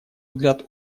взгляд